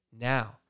Now